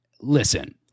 listen